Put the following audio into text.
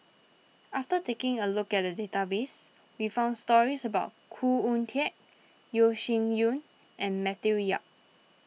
after taking a look at the database we found stories about Khoo Oon Teik Yeo Shih Yun and Matthew Yap